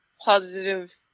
positive